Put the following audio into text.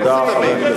אתם